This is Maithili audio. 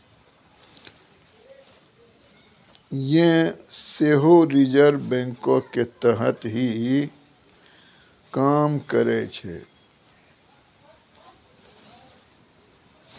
यें सेहो रिजर्व बैंको के तहत ही काम करै छै